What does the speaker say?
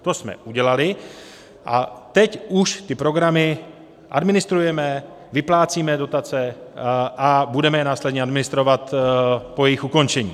To jsme udělali a teď už ty programy administrujeme, vyplácíme dotace a budeme je následně administrovat po jejich ukončení.